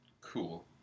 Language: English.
Cool